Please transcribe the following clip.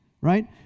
right